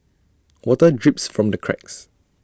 water drips from the cracks